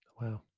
Wow